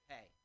Hey